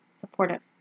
supportive